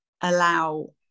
allow